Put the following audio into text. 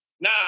Nah